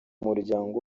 muryango